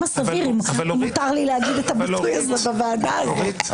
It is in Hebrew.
הסביר אם מותר לי לומר את הביטוי הזה בוועדה הזו.